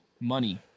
money